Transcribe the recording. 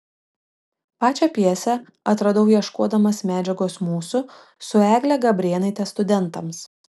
pačią pjesę atradau ieškodamas medžiagos mūsų su egle gabrėnaite studentams